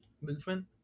movement